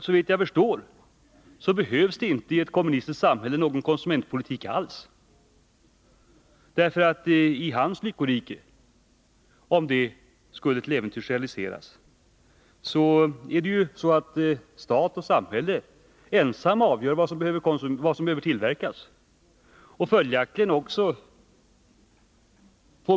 Såvitt jag förstår behövs det inte någon konsumentpolitik alls i ett kommunistiskt samhälle. I Jörn Svenssons lyckorike — om det till äventyrs skulle realiseras — är det ju så att staten ensam avgör vad som behöver och skall tillverkas.